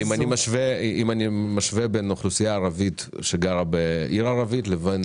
אבל אם אני משווה בין אוכלוסייה שגרה בעיר ערבית לבין